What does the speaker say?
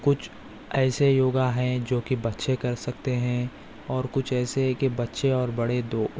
کچھ ایسے یوگا ہیں جو کہ بچے کر سکتے ہیں اور کچھ ایسے ہے کہ بچے اور بڑے دو